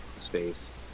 space